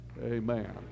Amen